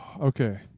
okay